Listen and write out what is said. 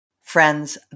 Friends